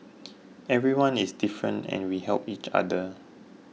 everyone is different and we help each other